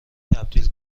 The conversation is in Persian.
تبدیل